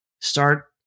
start